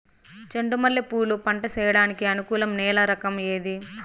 చెండు మల్లె పూలు పంట సేయడానికి అనుకూలం నేల రకం ఏది